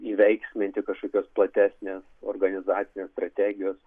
įveiksminti kažkokios platesnės organizacinės strategijos